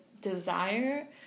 desire